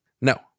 No